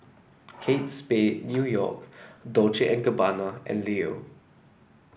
Kate Spade New York Dolce and Gabbana and Leo